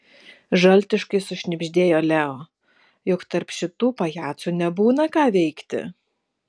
žaltiškai sušnibždėjo leo juk tarp šitų pajacų nebūna ką veikti